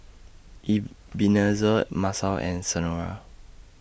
Ebenezer Masao and Senora